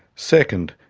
second,